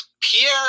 Pierre